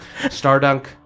Stardunk